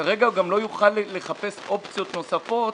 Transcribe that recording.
כרגע הוא גם לא יוכל לחפש אופציות נוספות,